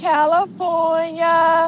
California